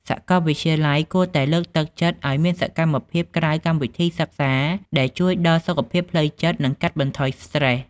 សាកលវិទ្យាល័យគួរតែលើកទឹកចិត្តឱ្យមានសកម្មភាពក្រៅកម្មវិធីសិក្សាដែលជួយដល់សុខភាពផ្លូវចិត្តនិងកាត់បន្ថយស្ត្រេស។